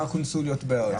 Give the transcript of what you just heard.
מהקונסוליה?